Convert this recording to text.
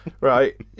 right